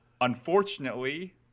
Unfortunately